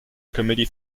comedy